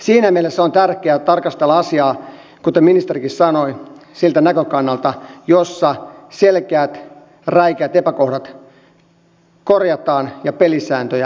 siinä mielessä on tärkeää tarkastella asiaa kuten ministerikin sanoi siltä näkökannalta että selkeät räikeät epäkohdat korjataan ja pelisääntöjä uudistetaan